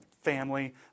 family